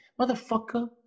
motherfucker